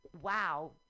wow